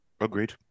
Agreed